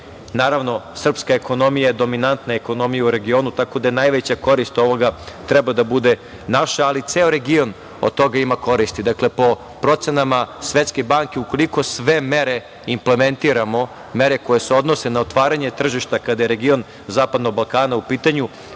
jači. Naravno, srpska ekonomija je dominantna ekonomija u regionu, tako da najveća korist ovoga treba da bude naša ali ceo region od toga ima koristi. Po procenama Svetske banke, ukoliko sve mere implementiramo, mere koje se odnose na otvaranje tržišta kada je region Zapadnog Balkana u pitanju